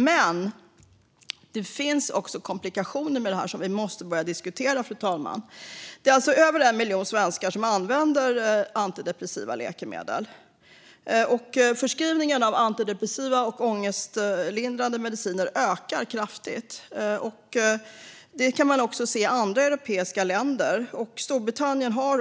Men det finns också komplikationer med det här som vi måste börja diskutera, fru talman. Det är alltså över 1 miljon svenskar som använder antidepressiva läkemedel, och förskrivningen av antidepressiva och ångestlindrande mediciner ökar kraftigt. Det kan man se också i andra europeiska länder. I Storbritannien har